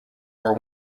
war